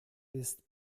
ist